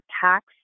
tax